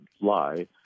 lie